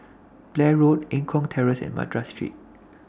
Blair Road Eng Kong Terrace and Madras Street